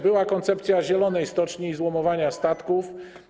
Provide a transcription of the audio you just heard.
Była koncepcja zielonej stoczni i złomowania statków.